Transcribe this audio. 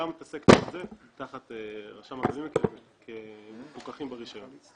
להתעסק גם בזה תחת רשם הקבלנים כמפוקחים ברישיון.